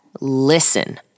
listen